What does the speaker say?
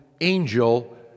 angel